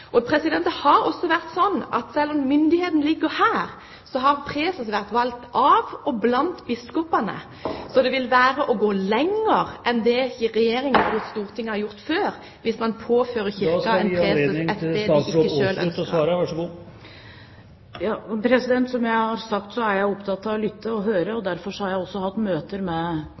og økt selvstyre, å overkjøre Kirken? Det er også sånn at selv om myndigheten ligger her, har preses vært valgt av og blant biskopene. Så det vil være å gå lenger enn det regjering og storting har gjort før, hvis man pålegger Kirken en preses et sted den selv ikke ønsker. Som jeg har sagt, er jeg opptatt av å lytte og høre, og derfor har jeg hatt møte med